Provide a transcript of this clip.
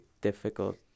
difficult